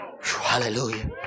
Hallelujah